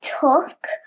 took